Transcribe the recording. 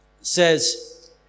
says